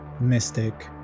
mystic